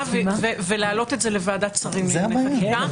ולהעלות את זה לוועדת השרים לענייני חקיקה.